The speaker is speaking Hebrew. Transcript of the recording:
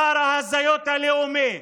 שר ההזיות הלאומי,